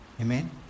Amen